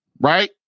Right